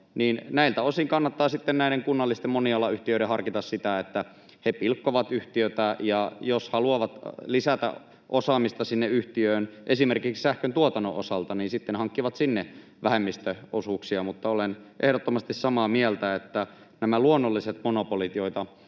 ja muunkaltaista toimintaa, kannattaa harkita sitä, että he pilkkovat yhtiötä, ja jos haluavat lisätä osaamista sinne yhtiöön esimerkiksi sähköntuotannon osalta, niin sitten hankkivat sinne vähemmistöosuuksia. Mutta olen ehdottomasti samaa mieltä, että nämä luonnolliset monopolit, joita